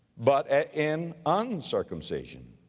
but at, in uncircumcision.